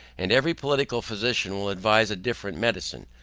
and every political physician will advise a different medicine.